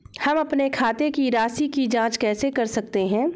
हम अपने खाते की राशि की जाँच कैसे कर सकते हैं?